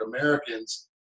americans